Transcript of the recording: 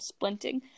splinting